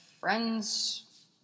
friend's